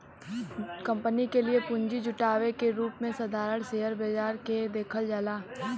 company के लिए पूंजी जुटावे के रूप में साधारण शेयर बाजार के देखल जाला